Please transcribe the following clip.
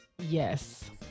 Yes